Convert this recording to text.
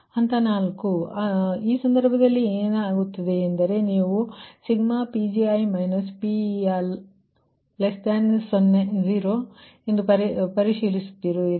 ಹಂತ 4 ಆದ್ದರಿಂದ ಆ ಸಂದರ್ಭದಲ್ಲಿ ಏನಾಗುತ್ತದೆ ಎಂದರೆ ನೀವು ಈಗ i1mPgi PL0 ಎಂದು ಪರಿಶೀಲಿಸುತ್ತೀರಿ